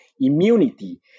immunity